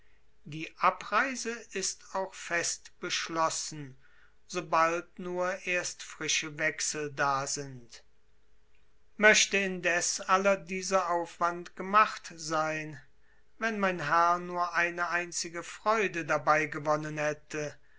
die abreise ist auch fest beschlossen sobald nur erst frische wechsel da sind möchte indes aller dieser aufwand gemacht sein wenn mein herr nur eine einzige freude dabei gewonnen hätte